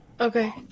Okay